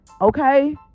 Okay